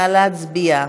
נא להצביע.